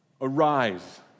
arise